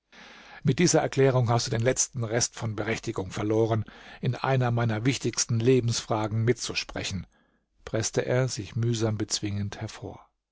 mit dieser erklärung hast du den letzten rest von berechtigung verloren in einer meiner wichtigsten lebensfragen mitzusprechen preßte er sich mühsam bezwingend hervor